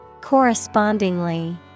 Correspondingly